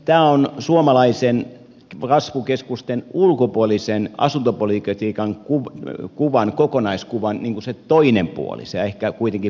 tämä on suomalaisen kasvukeskusten ulkopuolisen asuntopolitiikan kokonaiskuvan se toinen puoli se ehkä kuitenkin pienempi puoli